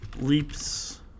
leaps